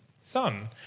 son